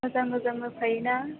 मोजां मोजां मोसायो ना